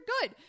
good